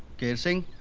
kehar singh,